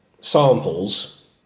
samples